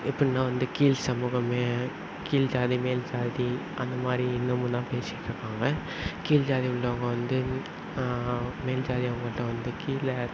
எப்பிடின்னா வந்து கீழ் சமூகம் கீழ் ஜாதி மேல் ஜாதி அந்த மாதிரி இன்னமும் தான் பேசிகிட்ருக்காங்க கீழ் ஜாதி உள்ளவங்க வந்து மேல் ஜாதி அவங்கள்ட்ட வந்து கீழே